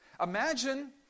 Imagine